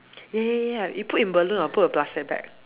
ya ya ya ya you put in balloon or put a plastic bag